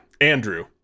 Andrew